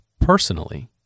personally